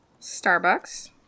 Starbucks